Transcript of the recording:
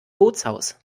bootshaus